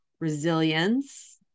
resilience